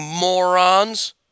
morons